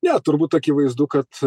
ne turbūt akivaizdu kad